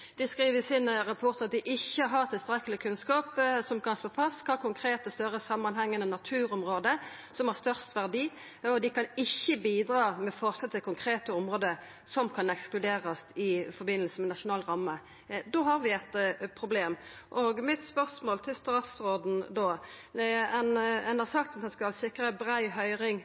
Dei skriv i rapporten sin at dei ikkje har tilstrekkeleg kunnskap til å slå fast kva konkrete, større, samanhengande naturområde som har størst verdi, og dei kan ikkje bidra med forslag til konkrete område som kan ekskluderast i samband med nasjonal ramme. Da har vi eit problem. Spørsmålet mitt til statsråden er da: Ein har sagt at ein skal sikra ei brei høyring